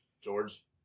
George